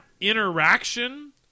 interaction